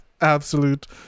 absolute